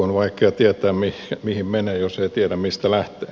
on vaikea tietää mihin menee jos ei tiedä mistä lähtee